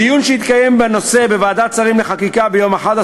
בדיון שהתקיים בנושא בוועדת שרים לחקיקה ביום 11